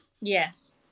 Yes